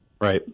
Right